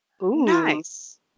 nice